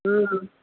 ಹ್ಞೂ